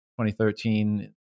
2013